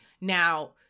now